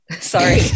sorry